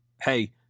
hey